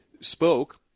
spoke